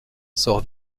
sort